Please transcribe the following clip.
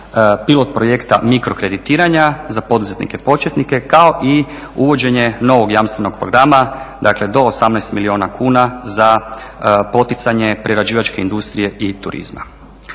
pilot-projekta mikrokreditiranja za poduzetnike početnike kao i uvođenje novog jamstvenog programa, dakle do 18 milijuna kuna za poticanje prerađivačke industrije i turizma.